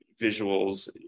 visuals